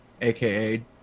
aka